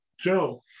Joe